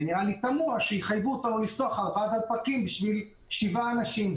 אז נראה לי תמוה שיחייבו אותנו לפתוח ארבעה דלפקים בשביל שבעה אנשים,